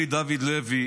לוי